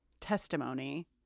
testimony